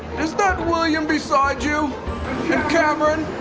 is that william beside you? and cameron?